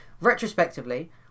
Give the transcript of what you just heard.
retrospectively